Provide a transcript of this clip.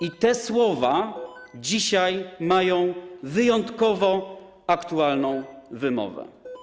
I te słowa dzisiaj mają wyjątkowo aktualną wymowę.